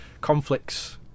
conflicts